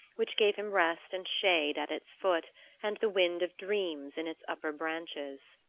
which gave him rest and shade at its foot and the wind of dreams in its upper branches.